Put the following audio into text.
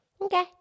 Okay